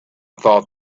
thought